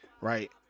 right